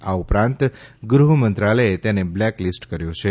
આ ઉપરાંત ગૃહ મંત્રાલયે તેને બ્લેકલીસ્ટ કર્યો છે